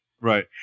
Right